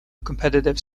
competitive